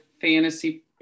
fantasy